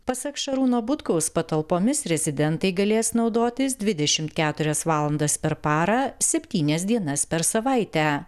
pasak šarūno butkaus patalpomis rezidentai galės naudotis dvidešim keturias valandas per parą septynias dienas per savaitę